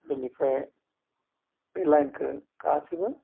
बिनिफ्राइ बे लाइनखौ गासैबो